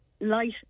light